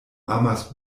amas